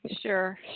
Sure